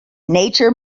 nature